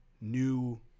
new